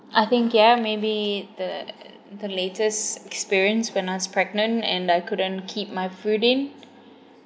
I think yeah maybe the the latest experience when I was pregnant and I couldn't keep my food in